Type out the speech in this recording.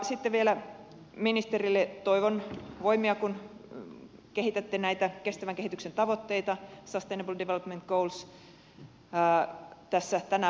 sitten vielä ministerille toivon voimia kun kehitätte näitä kestävän kehityksen tavoitteita sustainable development goals tässä tänä vuonna